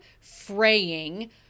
fraying